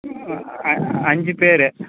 அஞ்சு பேர்